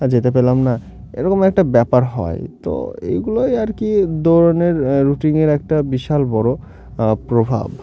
যেতে পেলাম না এরকম একটা ব্যাপার হয় তো এইগুলোই আর কি দৌড়ানোর রুটিনের একটা বিশাল বড়ো প্রভাব